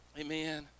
amen